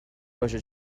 باشه